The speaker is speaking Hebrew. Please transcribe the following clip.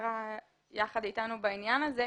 שהמשטרה יחד אתנו בעניין הזה.